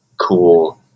cool